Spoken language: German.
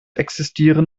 existieren